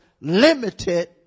limited